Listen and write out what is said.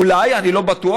אולי, אני לא בטוח.